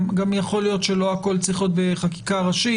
גם יכול להיות שלא הכול צריך להיות בחקיקה ראשית.